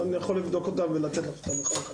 נבדוק וניתן לך אותם אחר כך.